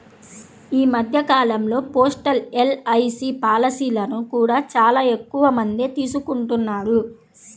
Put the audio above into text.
ఈ మధ్య కాలంలో పోస్టల్ ఎల్.ఐ.సీ పాలసీలను కూడా చాలా ఎక్కువమందే తీసుకుంటున్నారు